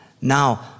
now